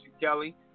Kelly